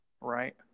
Right